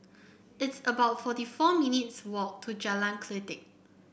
it's about forty four minutes' walk to Jalan Kledek